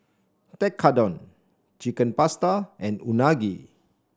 Tekkadon Chicken Pasta and Unagi